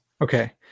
Okay